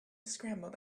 scrambled